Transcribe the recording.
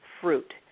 fruit